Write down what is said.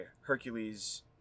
Hercules